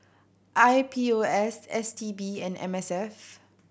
I P O S S T B and M S F